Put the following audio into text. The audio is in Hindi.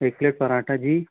एक प्लेट पराठा जी